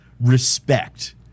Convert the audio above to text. respect